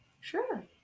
sure